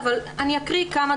אבל אני אקריא כמה